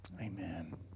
Amen